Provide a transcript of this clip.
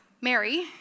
Mary